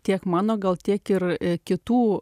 tiek mano gal tiek ir kitų